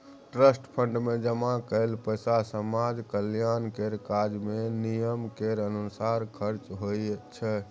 trust fund मे जमा कएल पैसा समाज कल्याण केर काज मे नियम केर अनुसार खर्च होइ छै